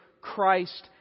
Christ